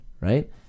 right